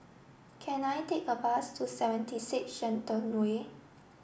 can I take a bus to seventy six Shenton Way